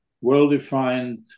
well-defined